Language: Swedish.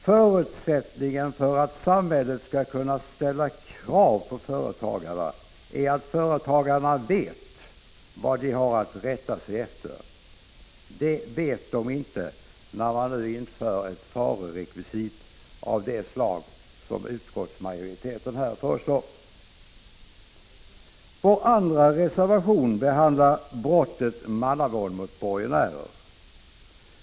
Förutsättningen för att samhället skall kunna ställa krav på företagarna är att företagarna vet vad de har att rätta sig efter. Det vet de inte när det nu införs ett farerekvisit av det slag som utskottsmajoriteten föreslår. 83 Vår andra reservation behandlar brottet mannamån mot borgenärer.